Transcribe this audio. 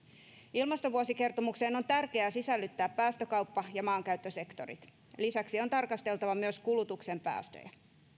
ilmastovuosikertomukseen on tärkeää sisällyttää päästökauppa ja maankäyttösektorit lisäksi on tarkasteltava kulutuksen päästöjä